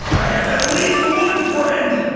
i have at least one friend!